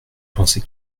penser